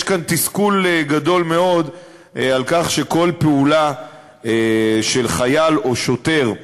כאן יש תסכול גדול מאוד מכך שכל פעולה של חייל או שוטר,